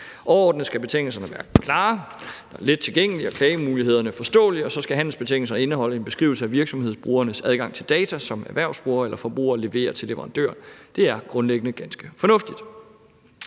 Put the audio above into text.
Overordnet skal betingelserne være klare og lettilgængelige, og klagemulighederne forståelige, og så skal handelsbetingelserne indeholde en beskrivelse af virksomhedsbrugernes adgang til data, som erhvervsbrugere eller forbrugere leverer til leverandør. Det er grundlæggende ganske fornuftigt.